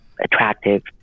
attractive